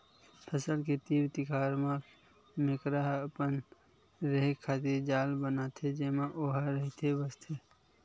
फसल के तीर तिखार म मेकरा ह अपन रेहे खातिर जाल बनाथे जेमा ओहा रहिथे बसथे